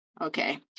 Okay